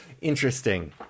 interesting